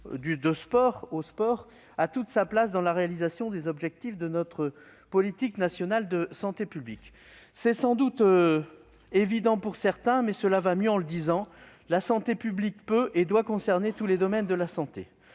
le sport, etc. a toute sa place dans la réalisation des objectifs de notre politique nationale de santé publique. C'est sans doute évident pour certains, mais cela va mieux en le disant : la santé publique peut et doit concerner tous les domaines de la santé.